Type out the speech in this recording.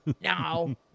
No